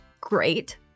great